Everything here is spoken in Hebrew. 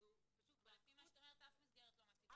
אז הוא פשוט --- אבל לפי מה שאת אומרת אף מסגרת לא מתאימה לו.